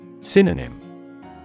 Synonym